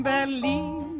Berlin